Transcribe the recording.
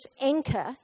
anchor